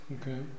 Okay